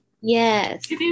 Yes